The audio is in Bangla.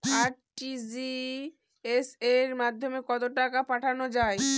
আর.টি.জি.এস এর মাধ্যমে কত টাকা পাঠানো যায়?